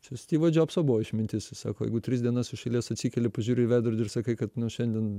čia stivo džobso buvo išmintis jis sako jeigu tris dienas iš eilės atsikeli pažiūri į veidrodį ir sakai kad nu šiandien